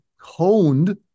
honed